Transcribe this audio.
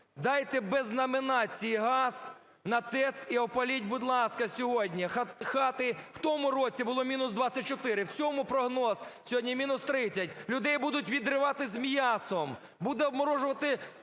Дайте без номінації газ на ТЕЦ і опаліть, будь ласка, сьогодні хати. В тому році було мінус 24. В цьому, прогноз сьогодні, мінус 30. Людей будуть відривати з м'ясом. Будуть обморожувати